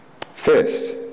First